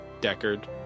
Deckard